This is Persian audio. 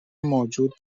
موجود